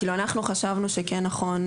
אנחנו חשבנו שכן נכון,